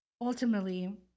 ultimately